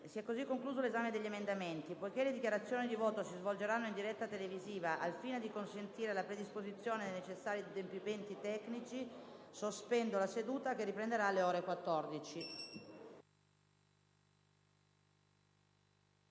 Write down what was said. si è così concluso l'esame degli emendamenti. Poiché le dichiarazioni di voto si svolgeranno in diretta televisiva, al fine di consentire la predisposizione dei necessari adempimenti tecnici, sospendo la seduta, che riprenderà alle ore 14.